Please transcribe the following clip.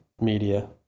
media